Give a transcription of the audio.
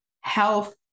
health